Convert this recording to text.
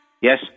Yes